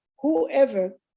whoever